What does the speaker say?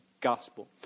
Gospel